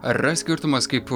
ar yra skirtumas kaip